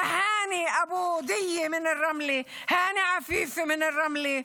תהאני אבו דייה מרמלה, האני עפיפי מרמלה,